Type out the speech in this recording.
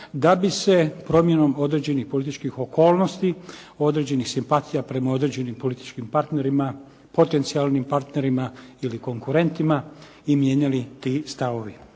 da bi se promjenom određenih političkih okolnosti, određenih simpatija prema određenim političkim partnerima, potencijalnim partnerima ili konkurentima i mijenjali ti stavovi.